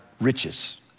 riches